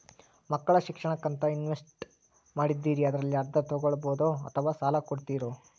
ಮಕ್ಕಳ ಶಿಕ್ಷಣಕ್ಕಂತ ಇನ್ವೆಸ್ಟ್ ಮಾಡಿದ್ದಿರಿ ಅದರಲ್ಲಿ ಅರ್ಧ ತೊಗೋಬಹುದೊ ಅಥವಾ ಸಾಲ ಕೊಡ್ತೇರೊ?